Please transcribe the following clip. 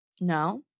No